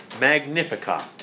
Magnificat